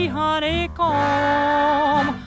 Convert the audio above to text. honeycomb